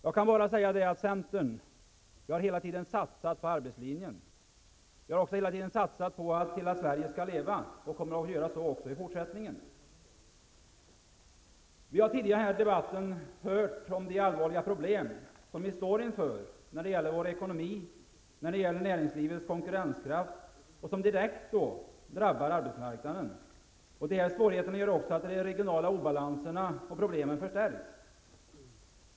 Jag kan bara säga att centern hela tiden har satsat på arbetslinjen. Vi har också hela tiden satsat på att hela Sverige skall leva och kommer att göra så också i fortsättningen. Vi har tidigare här i debatten hört om de allvarliga problem som vi står inför när det gäller vår ekonomi och näringslivets konkurrenskraft och som direkt drabbar arbetsmarknaden. Dessa svårigheter gör också att de regionala obalanserna och problemen förstärks.